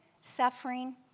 suffering